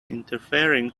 interfering